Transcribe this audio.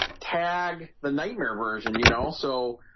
tag the nightmare version, you know, so